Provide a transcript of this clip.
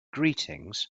greetings